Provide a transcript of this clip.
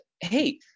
hey